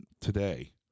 today